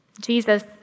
Jesus